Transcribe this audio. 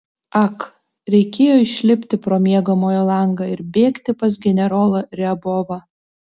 ak reikėjo išlipti pro miegamojo langą ir bėgti pas generolą riabovą